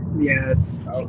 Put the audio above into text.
Yes